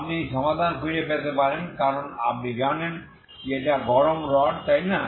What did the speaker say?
আপনি সমাধান খুঁজে পেতে পারেন কারণ আপনি জানেন যে এটা গরম রড তাই না